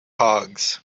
hogs